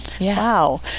Wow